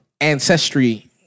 ancestry